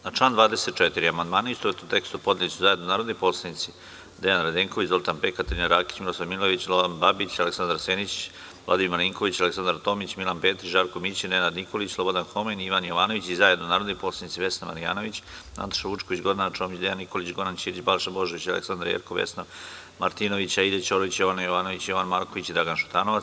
Na član 24. amandmane, u istovetnom tekstu, podneli su zajedno narodni poslanici Dejan Radenković, Zoltan Pek, Katarina Rakić, Miroslav Milojević, Zoran Babić, Aleksandar Senić, Vladimir Marinković, Aleksandra Tomić, Milan Petrić, Žarko Mićin, Nenad Nikolić, Slobodan Homen i Ivan Jovanović i zajedno narodni poslanici Vesna Marjanović, Nataša Vučković, Gordana Čomić, Dejan Nikolić, Goran Ćirić, Balša Božović, Aleksandra Jerkov, Vesna Martinović, Aida Ćorović, Jovana Jovanović, Jovan Marković i Dragan Šutanovac.